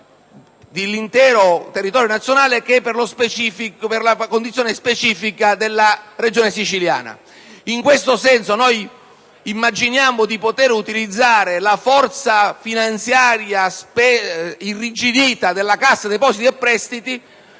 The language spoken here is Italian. all'intero territorio nazionale, sia specificamente alla Regione siciliana. In questo senso, immaginiamo di poter utilizzare la forza finanziaria irrigidita della Cassa depositi e prestiti,